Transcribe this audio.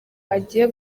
agiye